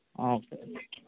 okay